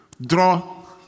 Draw